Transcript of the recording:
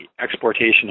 exportation